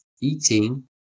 eating